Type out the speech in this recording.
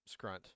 Scrunt